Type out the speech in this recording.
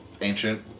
ancient